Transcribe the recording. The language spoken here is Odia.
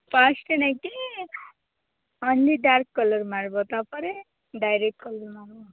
ଫାଷ୍ଟ୍ ନାଇକି ଓନଲି ଡାର୍କ୍ କଲର୍ ମାରିବ ତାପରେ ଡାଇରେକ୍ଟ୍ କଲର୍ ମାରିବ